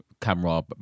camera